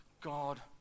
god